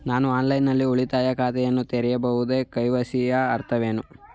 ನಾನು ಆನ್ಲೈನ್ ನಲ್ಲಿ ಉಳಿತಾಯ ಖಾತೆಯನ್ನು ತೆರೆಯಬಹುದೇ? ಕೆ.ವೈ.ಸಿ ಯ ಅರ್ಥವೇನು?